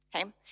okay